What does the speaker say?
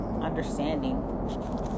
understanding